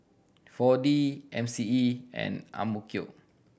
Four D M C E and AMK